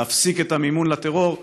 להפסיק את המימון לטרור,